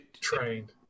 trained